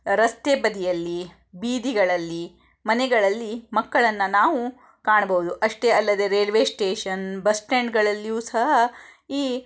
ರಸ್ತೆ ಬದಿಯಲ್ಲಿ ಬೀದಿಗಳಲ್ಲಿ ಮನೆಗಳಲ್ಲಿ ಮಕ್ಕಳನ್ನು ನಾವು ಕಾಣ್ಬೋದು ಅಷ್ಟೇ ಅಲ್ಲದೆ ರೈಲ್ವೆ ಸ್ಟೇಷನ್ ಬಸ್ ಸ್ಟಾಂಡ್ಗಳಲ್ಲಿಯೂ ಸಹ ಈ